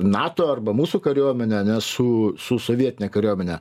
nato arba mūsų kariuomenę ane su su sovietine kariuomene